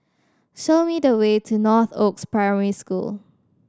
show me the way to Northoaks Primary School